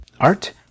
Art